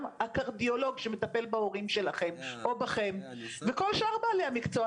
גם הקרדיולוג שמטפל בהורים שלכם או בכם וכל שאר בעלי המקצוע,